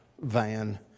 van